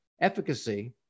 efficacy